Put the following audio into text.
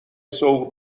سوق